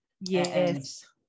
yes